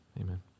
Amen